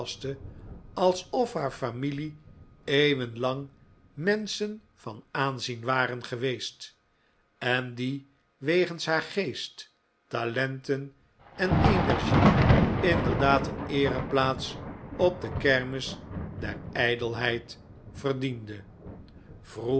alsof haar familie eeuwen lang menschen van aanzien waren geweest en die wegens haar geest talenten en energie inderdaad een eereplaats op de kermis der ijdelheid verdiende